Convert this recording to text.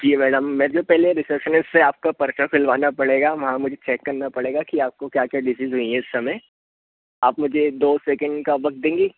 जी madam मेरे जो पहले रिसेपसनिस्ट से आपको पर्चा सिलवाना पड़ेगा वहा मुझे चेक करना पड़ेगा कि आपको क्या क्या डिजिज हुईं हैं इस समय आप मुझे दो सेकेंड का वक़्त देंगी